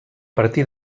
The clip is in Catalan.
partir